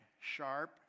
sharp